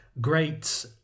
great